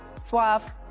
suave